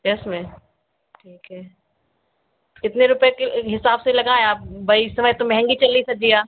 दस में ठीक है कितने रुपये के हिसाब से लगाए आप भाई इस समय तो महंगी चल रही सब्ज़ियाँ